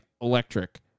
electric